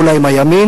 אולי עם הימין,